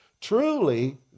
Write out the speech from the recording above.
Truly